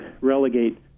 relegate